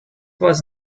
was